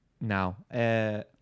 Now